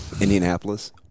Indianapolis